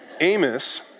Amos